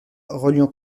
reliant